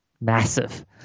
massive